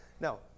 Now